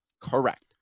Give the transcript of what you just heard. correct